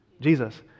Jesus